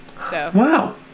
Wow